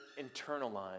internalized